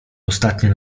ostatnie